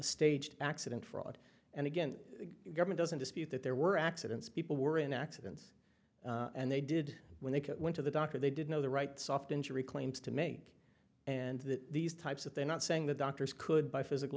staged accident fraud and again government doesn't dispute that there were accidents people were in accidents and they did when they went to the doctor they did know the right soft injury claims to make and that these types that they're not saying the doctors could buy physical